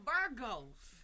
Virgos